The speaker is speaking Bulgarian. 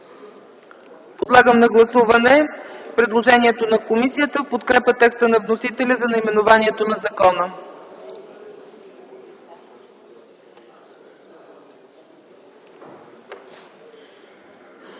ЦЕЦКА ЦАЧЕВА: Подлагам на гласуване предложението на комисията в подкрепа текста на вносителя за наименованието на закона.